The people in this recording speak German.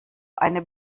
eine